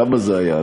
כמה זה היה?